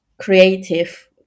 creative